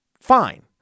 fine